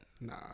Nah